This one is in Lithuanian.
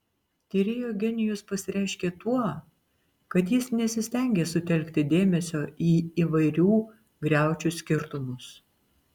tyrėjo genijus pasireiškė tuo kad jis nesistengė sutelkti dėmesio į įvairių griaučių skirtumus